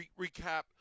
recap